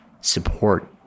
support